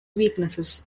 weaknesses